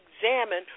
examine